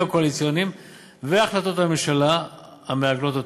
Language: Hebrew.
הקואליציוניים והחלטות הממשלה המעגנות אותם.